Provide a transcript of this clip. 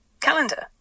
calendar